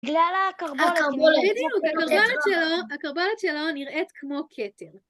בגלל ה... הכרבולת היא נראית כמו כתם. בדיוק, הכרבולת שלו נראית כמו כתם.